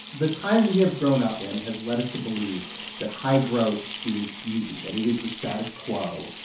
the time we have grown up in has led us to believe that high growth is easy, that it is the status quo.